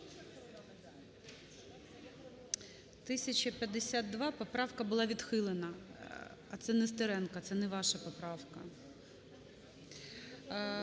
1052 поправка була відхилена. А це Нестеренко, це не ваша поправка.